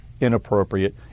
inappropriate